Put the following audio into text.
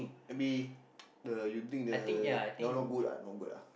maybe the you drink the now no good ah no good ah